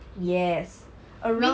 yes around around 那个 window